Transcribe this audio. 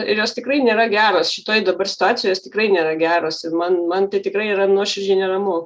ir jos tikrai nėra geros šitoj dabar situacijoj jos tikrai nėra geros ir man man tai tikrai yra nuoširdžiai neramu